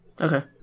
Okay